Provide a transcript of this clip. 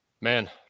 Man